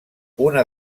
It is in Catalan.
una